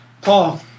Paul